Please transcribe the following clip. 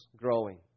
growing